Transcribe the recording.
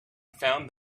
found